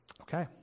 Okay